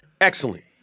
Excellent